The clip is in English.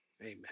Amen